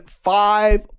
five